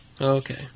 Okay